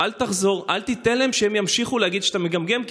אל תיתן להם להמשיך להגיד שאתה מגמגם,